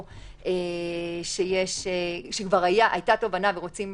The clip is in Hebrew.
או שכבר היתה תובענה ורוצים